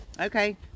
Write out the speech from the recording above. Okay